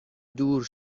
دور